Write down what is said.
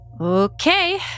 Okay